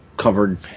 covered